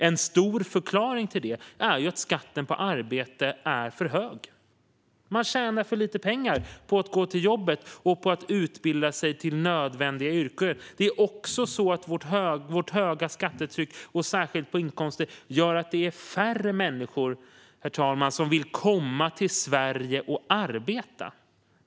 En stor förklaring till det är att skatten på arbete är för hög. Man tjänar för lite pengar på att gå till jobbet och på att utbilda sig till nödvändiga yrken. Vårt höga skattetryck, särskilt på inkomster, gör också att färre människor vill komma till Sverige och arbeta.